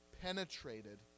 penetrated